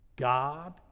God